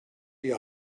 die